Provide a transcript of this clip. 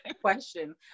Question